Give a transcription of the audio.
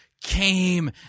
came